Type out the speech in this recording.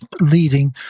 leading